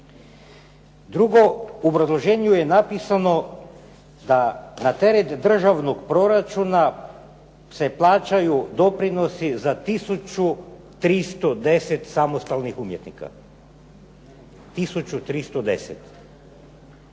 Drugo. U obrazloženju je napisano da na teret državnog proračuna se plaćaju doprinosi za tisuću 310 samostalnih umjetnika.